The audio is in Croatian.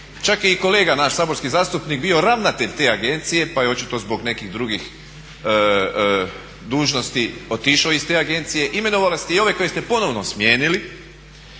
Čak je i kolega naš saborski zastupnik bio ravnatelj te agencije pa je očito zbog nekih drugih dužnosti otišao iz te agencije. Imenovali ste i ove koje ste ponovno smijenili,